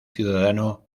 ciudadano